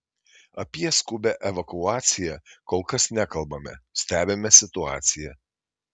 apie skubią evakuaciją kol kas nekalbame stebime situaciją